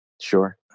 Sure